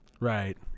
Right